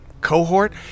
cohort